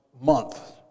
month